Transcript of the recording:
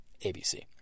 ABC